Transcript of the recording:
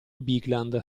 bigland